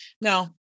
No